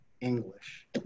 English